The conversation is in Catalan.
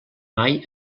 mai